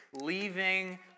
leaving